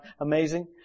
Amazing